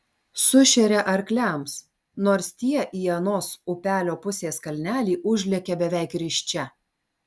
sušeria arkliams nors tie į anos upelio pusės kalnelį užlekia beveik risčia